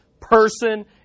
person